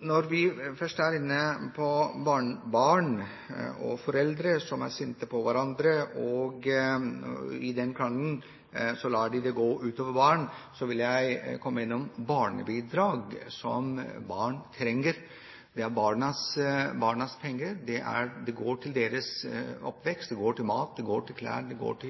Når vi først er inne på barn, og foreldre som er sinte på hverandre og lar krangelen gå ut over barna, vil jeg komme innom barnebidrag, som barn trenger. Det er barnas penger. De går til deres oppvekst, de går til mat, de går til klær, de går